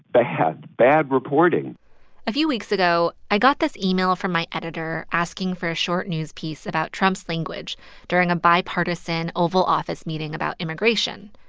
bad bad reporting a few weeks ago, i got this email from my editor asking for a short news piece about trump's language during a bipartisan oval office meeting about immigration.